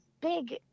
big